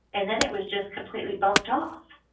and then it was just completely bumped off.